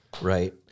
Right